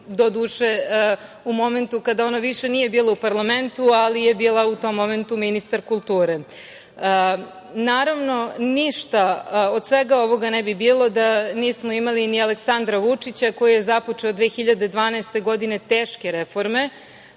doduše, u momentu kada ona više nije bila u parlamentu, ali je bila u tom momentu ministar kulture. Naravno, ništa od svega ovoga ne bi bilo da nismo imali ni Aleksandra Vučića, koji je započeo 2012. godine, teške reforme,